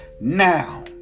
now